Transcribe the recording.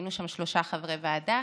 היינו שם שלושה חברי ועדה: